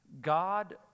God